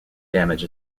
damage